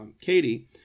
Katie